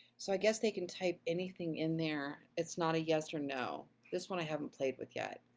so, i guess they can type anything in there, it's not a yes or no, this one i haven't played with yet.